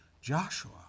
Joshua